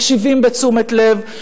מקשיבים בתשומת לב,